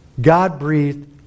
God-breathed